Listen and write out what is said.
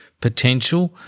potential